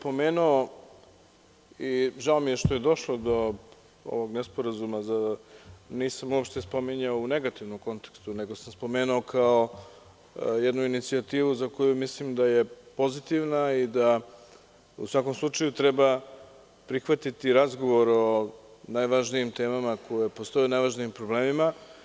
Pomenuo sam i žao mi je što je došlo do ovog nesporazuma, jer nisam uopšte spominjao u negativnom kontekstu nego sam spomenuo kao jednu inicijativu za koju mislim da je pozitivna i da, u svakom slučaju, treba prihvatiti razgovor o najvažnijim temama koje postoje, o najvažnijim problemima.